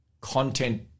content